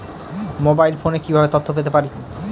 Mobile ফোনে কিভাবে তথ্য পেতে পারি?